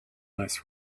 less